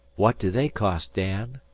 what do they cost, dan?